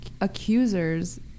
accusers